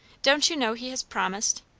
don't you know he has promised,